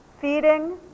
feeding